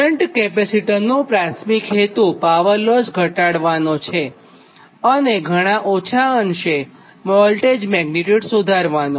shunt કેપેસિટરનો પ્રાથમિક હેતુ પાવરલોસ ઘટાડવાનો છે અને ઘણા ઓછા અંશે વોલ્ટેજ મેગ્નીટ્યુડ સુધારવાનો